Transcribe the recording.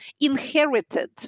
inherited